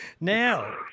Now